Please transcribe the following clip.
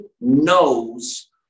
knows